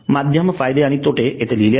माध्यम फायदे आणि तोटे येथे लिहिलेले आहेत